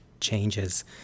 changes